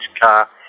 car